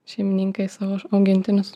šeimininkai savo augintinius